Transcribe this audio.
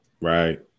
Right